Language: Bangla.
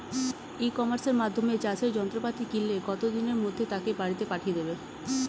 ই কমার্সের মাধ্যমে চাষের যন্ত্রপাতি কিনলে কত দিনের মধ্যে তাকে বাড়ীতে পাঠিয়ে দেবে?